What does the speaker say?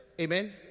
Amen